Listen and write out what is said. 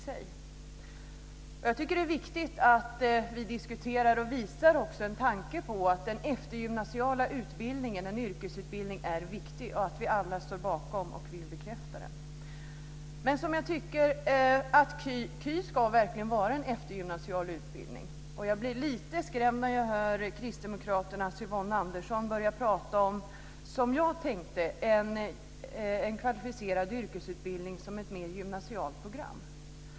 Jag tycker att det är viktigt att vi också diskuterar och visar att den eftergymnasiala yrkesutbildningen är viktig och att vi alla står bakom och vill bekräfta den. KY ska verkligen vara en eftergymnasial utbildning. Jag blir lite skrämd när jag hör Kristdemokraternas Yvonne Andersson börja prata om, som jag tyckte, en kvalificerad yrkesutbildning som ett mer gymnasialt program.